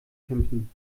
kämpfen